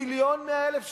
מיליון ו-100,000 שקלים,